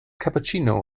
cappuccino